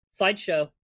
slideshow